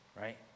right